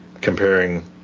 comparing